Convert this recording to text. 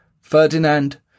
Ferdinand